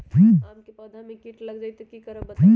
आम क पौधा म कीट लग जई त की करब बताई?